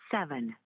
seven